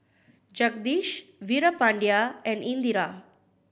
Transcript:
Jagadish Veerapandiya and Indira